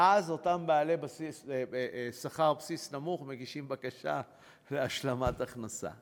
ואז אותם בעלי שכר בסיס נמוך מגישים בקשה להשלמת הכנסה.